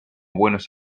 buenos